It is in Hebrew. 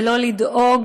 ולא לדאוג,